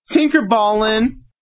Tinkerballin